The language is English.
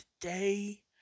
today